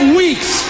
weeks